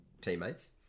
teammates